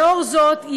לאור זאת,